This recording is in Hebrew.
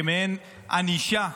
כמעין ענישה,